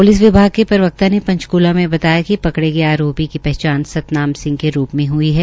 police विभाग के प्रवक्ता ने पंचकूला में बताया कि पकडे गए आरोपी की पहचान सतनाम सिंह के रूप में हई है